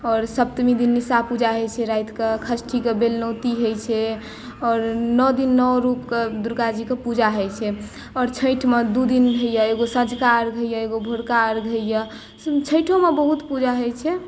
आओर सप्तमी दिन निशा पूजा होइ छै रातिकऽ षष्ठीकऽ बेलनौती होइ छै आओर नओ दिन नओ रुपके दुर्गाजीकेँ पूजा होइ छै आओर छठिमे दू दिन होइया एगो सँझका अर्घ्य होइया एगो भोरका अर्घ्य होइया छठिओमे बहुत पूजा होइ छै